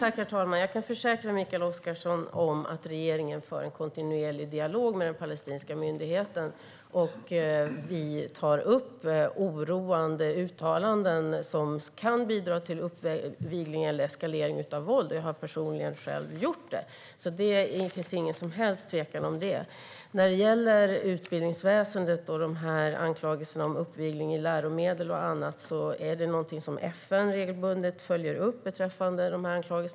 Herr talman! Jag kan försäkra Mikael Oscarsson om att regeringen för en kontinuerlig dialog med den palestinska myndigheten och att vi tar upp oroande uttalanden som kan bidra till uppvigling till eller eskalering av våld. Jag har gjort det själv. Det finns alltså ingen som helst tvekan om det. När det gäller utbildningsväsendet och anklagelserna om uppvigling i läromedel och annat är det någonting som FN regelbundet följer upp.